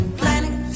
planning